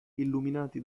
illuminati